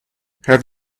have